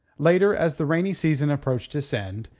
later, as the rainy season approached its end,